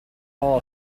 all